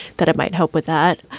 that it might help with that.